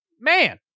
man